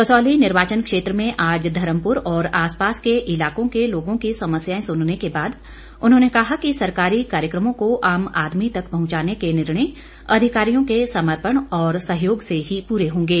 कसौली निर्वाचन क्षेत्र में आज धर्मपुर और आसपास के इलाकों के लोगों की समस्याएं सुनने के बाद उन्होंने कहा कि सरकारी कार्यक्रमों को आम आदमी तक पहचाने के निर्णय अधिकारियों के समर्पण व सहयोग से ही पूरे होंगे